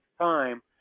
time